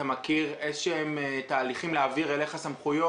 אתה מכיר איזשהם תהליכים להעביר אליך סמכויות?